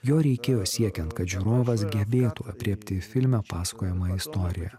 jo reikėjo siekiant kad žiūrovas gebėtų aprėpti filme pasakojamą istoriją